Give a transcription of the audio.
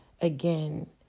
again